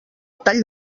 tall